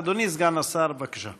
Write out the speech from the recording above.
אדוני סגן השר, בבקשה.